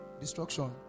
Destruction